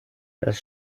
das